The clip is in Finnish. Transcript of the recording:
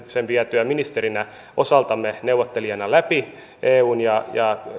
sen vietyä ministerinä osaltamme neuvottelijana läpi eun ja